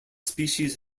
species